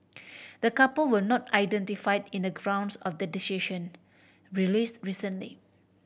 the couple were not identified in the grounds of decision released recently